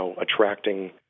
attracting